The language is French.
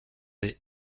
des